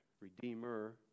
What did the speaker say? Redeemer